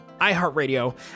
iHeartRadio